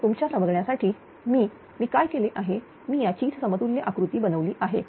तर तुमच्या समजण्यासाठी मी मी काय केले आहे मी याचीच समतुल्य आकृती बनवली आहे